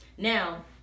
now